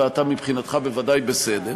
ואתה מבחינתך בוודאי בסדר.